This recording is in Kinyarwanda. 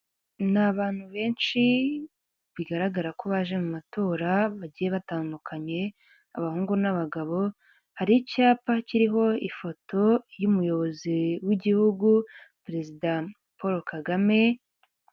Ni abantu benshi bigaragara ko baje mu matora bagiye batandukanye abahungu n'abagabo, hari icyapa kiriho ifoto y'umuyobozi w'igihugu perezida Paul Kagame.